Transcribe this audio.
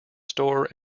store